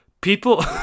people